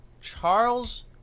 Charles